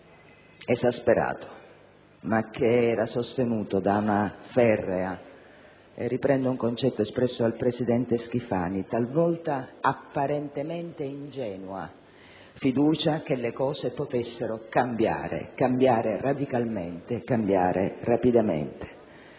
esasperato, ma che era sostenuto da una ferrea e - riprendo un concetto espresso dal presidente Schifani - talvolta apparentemente ingenua fiducia che le cose potessero cambiare, cambiare radicalmente, cambiare rapidamente.